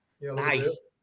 Nice